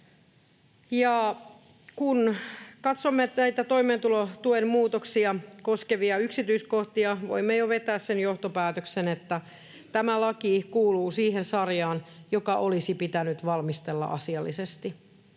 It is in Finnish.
kun katsomme näitä toimeentulotuen muutoksia koskevia yksityiskohtia, voimme jo vetää sen johtopäätöksen, että tämä laki kuuluu siihen sarjaan, joka olisi pitänyt valmistella asiallisesti.